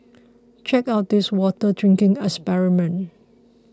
check out this water drinking experiment